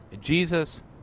Jesus